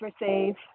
receive